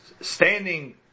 standing